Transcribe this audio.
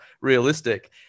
realistic